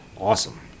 awesome